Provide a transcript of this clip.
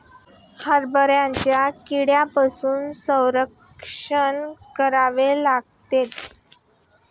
हरभऱ्याचे कीड्यांपासून संरक्षण करावे लागते